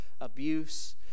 abuse